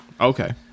okay